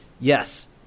Yes